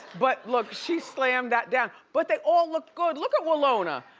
but look, she slammed that down. but they all looked good, look at willona.